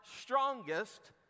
strongest